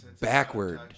backward